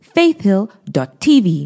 faithhill.tv